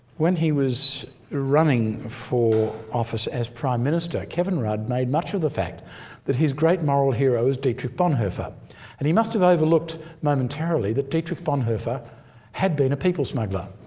when he was running for office as prime minister kevin rudd made much of the fact that his great moral hero is dietrich bonhoeffer and he must have overlooked momentarily that dietrich bonhoeffer had been a people smuggler.